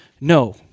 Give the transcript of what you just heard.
no